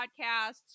Podcasts